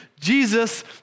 Jesus